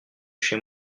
chez